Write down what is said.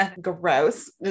gross